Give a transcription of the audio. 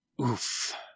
Oof